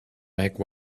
make